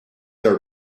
are